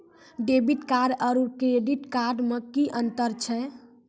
Debit card आरू credit card मे कि अन्तर छैक?